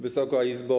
Wysoka Izbo!